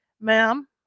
Ma'am